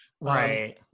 Right